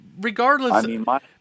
regardless